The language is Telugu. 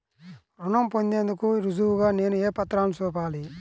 రుణం పొందేందుకు రుజువుగా నేను ఏ పత్రాలను చూపాలి?